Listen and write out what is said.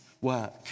work